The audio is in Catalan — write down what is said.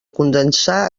condensar